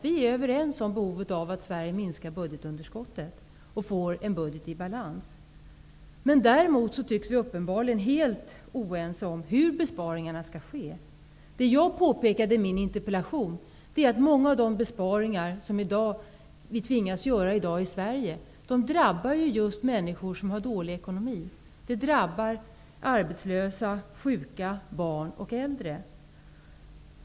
Vi är överens om behovet av att minska Sveriges budgetunderskott och få en budget i balans. Men däremot tycks vi uppenbarligen vara helt oense om hur dessa besparingar skall ske. Som jag påpekade i min interpellation drabbar många av de besparingar som vi i dag tvingas göra i Sverige just människor som har dålig ekonomi. De drabbar arbetslösa, sjuka, barn och äldre.